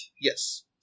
Yes